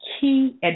key